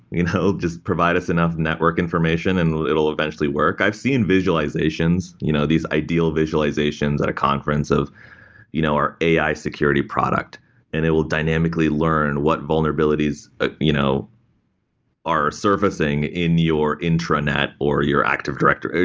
you know just provide us enough network information and it will eventually work. i've seen visualization, you know these ideal visualization at a conference of you know our ai security product and it will dynamically learn what vulnerabilities ah you know are surfacing in your intranet or your active directory,